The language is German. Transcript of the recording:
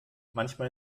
manchmal